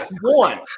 one